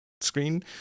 screen